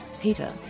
Peter